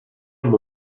amb